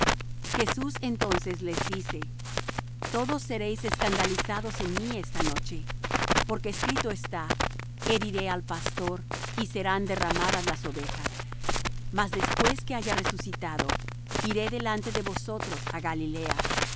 jesús entonces les dice todos seréis escandalizados en mí esta noche porque escrito está heriré al pastor y serán derramadas las ovejas mas después que haya resucitado iré delante de vosotros á galilea